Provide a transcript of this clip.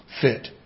fit